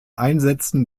einsetzen